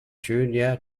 junior